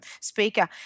speaker